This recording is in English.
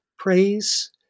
praise